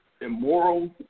immoral